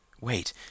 Wait